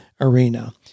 arena